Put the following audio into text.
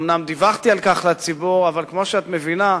אומנם דיווחתי על כך לציבור, אבל כמו שאת מבינה,